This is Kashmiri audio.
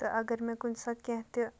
تہٕ اگر مےٚ کُنہِ ساتہٕ کیٚنٛہہ تہِ